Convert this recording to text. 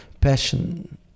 passion